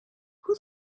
who